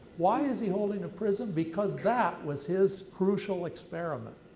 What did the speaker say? why is he holding a prism? because that was his crucial experiment